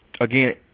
again